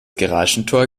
garagentor